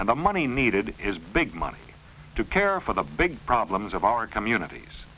and the money needed is big money to care for the big problems of our communities